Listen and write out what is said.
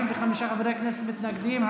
45 חברי כנסת מתנגדים,